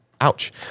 Ouch